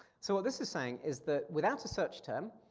so what this is saying is that, without a search term,